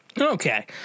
Okay